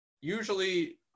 usually